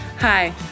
Hi